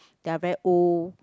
that are very old